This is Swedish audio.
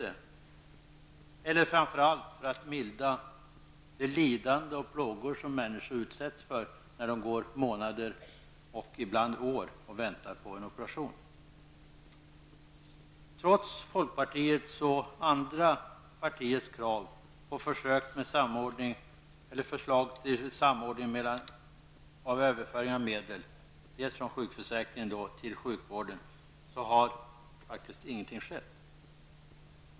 Det gäller också framför allt åtgärder för att mildra de lidanden och plågor som människor utsätts för när de får vänta på en operation i månader och ibland år. Trots folkpartiets och andra partiers krav på försök med samordning eller överföring av medel från sjukförsäkringen till sjukvården har ingenting skett.